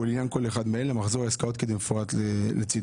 ולעניין כל אחד מאלה מחזור העסקאות כמפורט לצדו.